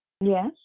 Yes